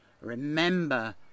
Remember